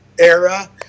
era